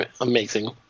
amazing